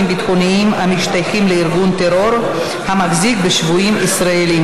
ביטחוניים המשתייכים לארגון טרור המחזיק בשבויים ישראלים),